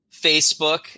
Facebook